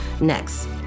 Next